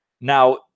Now